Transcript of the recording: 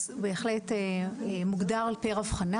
זמן טיפול הוא בהחלט מוגדר על פר אבחנה,